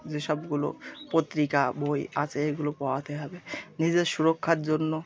যেসবগুলো পত্রিকা বই আছে এগুলো পড়াতে হবে নিজের সুরক্ষার জন্য